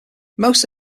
most